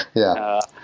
yeah,